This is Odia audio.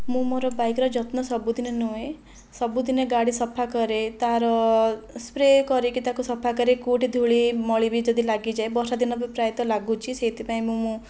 ମୁଁ ମୋର ବାଇକର ଯତ୍ନ ସବୁଦିନ ନିଏ ସବୁଦିନ ଗାଡ଼ି ସଫା କରେ ତାର ସ୍ପ୍ରେ କରିକି ତାକୁ ସଫା କରେ କେଉଁଠି ଧୁଳି ମଳି ବି ଯଦି ଲାଗିଯାଏ ବର୍ଷା ଦିନ ବି ପ୍ରାୟତଃ ଲାଗୁଛି ସେଇଥିପାଇଁ ମୁଁ